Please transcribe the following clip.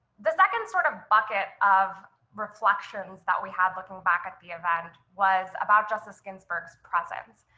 the second sort of bucket of reflections that we had looking back at the event was about justice ginsburg's presence.